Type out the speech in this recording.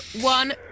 one